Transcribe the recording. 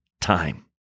time